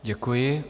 Děkuji.